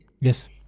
Yes